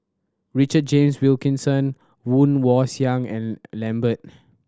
Richard James Wilkinson Woon Wah Siang and Lambert